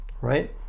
right